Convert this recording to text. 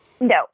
No